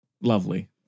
Lovely